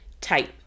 type